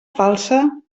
falsa